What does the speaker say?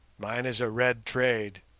mine is a red trade,